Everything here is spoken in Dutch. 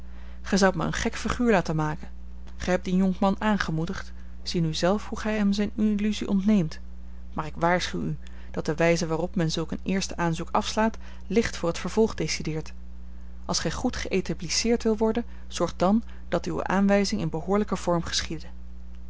gij zoudt mij een gek figuur laten maken gij hebt dien jonkman aangemoedigd zie nu zelf hoe gij hem zijne illusie ontneemt maar ik waarschuw u dat de wijze waarop men zulk een eerste aanzoek afslaat licht voor het vervolg decideert als gij goed geëtablisseerd wilt worden zorg dan dat uwe afwijzing in behoorlijken vorm geschiede